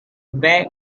bag